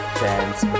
dance